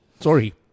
sorry